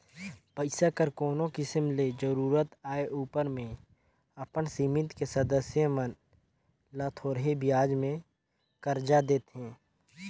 पइसा कर कोनो किसिम ले जरूरत आए उपर में अपन समिति के सदस्य मन ल थोरहें बियाज में करजा देथे